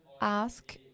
Ask